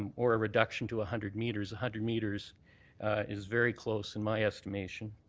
um or a reduction to a hundred metres. a hundred metres is very close, in my estimation.